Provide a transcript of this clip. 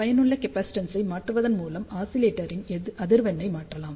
பயனுள்ள கேப்பாசிட்டன்ஸ் ஐ மாற்றுவதன் மூலம் ஆஸிலேட்டரின் அதிர்வெண்ணை மாற்றலாம்